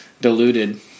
diluted